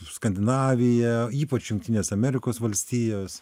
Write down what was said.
skandinavija ypač jungtinės amerikos valstijos